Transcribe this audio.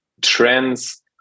trends